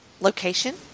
location